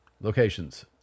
Locations